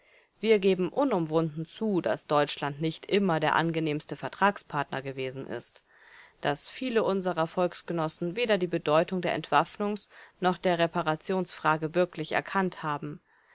wir geben unumwunden zu daß deutschland nicht immer der angenehmste vertragspartner gewesen ist daß viele unserer volksgenossen weder die bedeutung der entwaffnungs noch der reparationsfrage wirklich erkannt haben